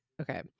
okay